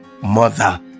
mother